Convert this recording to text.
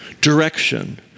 Direction